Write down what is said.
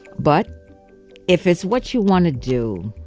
but if it's what you want to do,